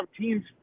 teams